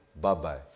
bye-bye